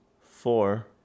Four